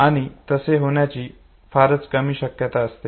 आणि तसे होण्याची फारच कमी शक्यता असते